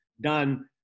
done